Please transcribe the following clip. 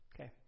Okay